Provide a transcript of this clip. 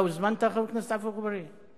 אתה הוזמנת, חבר הכנסת עפו אגבאריה?